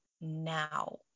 now